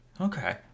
Okay